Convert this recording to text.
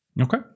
Okay